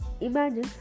Imagine